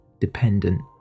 dependent